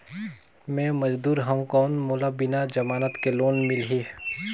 मे मजदूर हवं कौन मोला बिना जमानत के लोन मिलही?